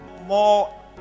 more